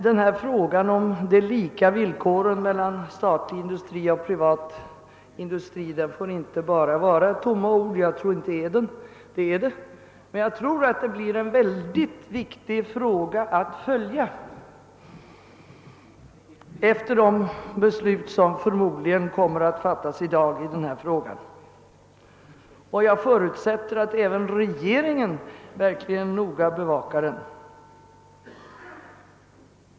Kravet på lika villkor mellan statlig och privat industri får emellertid inte bara bli tomma ord. Jag tror inte att så är fallet, men jag menar att det blir mycket viktigt att följa denna fråga efter de beslut som förmodligen kom mer att fattas i dag. Jag förutsätter att även regeringen noga bevakar denna fråga.